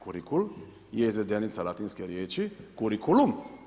Kurikul je izvedenica latinske riječi kurikulum.